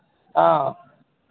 हँ